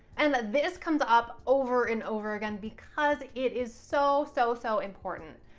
and ah this comes up over and over again because it is so so so important!